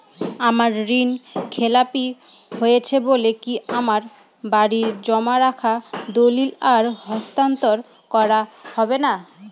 আমার ঋণ খেলাপি হয়েছে বলে কি আমার বাড়ির জমা রাখা দলিল আর হস্তান্তর করা হবে না?